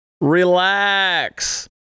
Relax